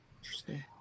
Interesting